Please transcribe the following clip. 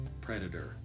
predator